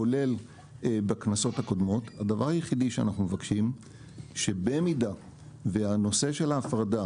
כולל בכנסות הקודמות שאם הנושא של ההפרדה,